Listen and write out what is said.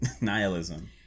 Nihilism